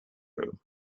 room